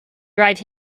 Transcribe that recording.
drive